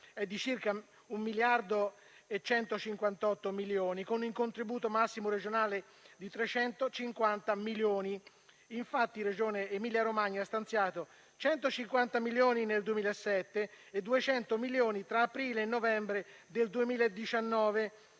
è di circa un miliardo e 158 milioni di euro, con il contributo massimo regionale di 350 milioni. Infatti, la Regione Emilia Romagna ha stanziato 150 milioni nel 2007 e 200 milioni tra aprile e novembre del 2019.